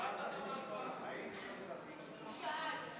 הוא שאל.